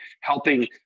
helping